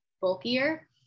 bulkier